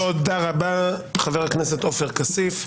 תודה רבה, חבר הכנסת עופר כסיף.